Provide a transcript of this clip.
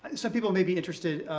and so people may be interested,